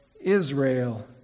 Israel